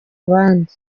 abandi